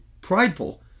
prideful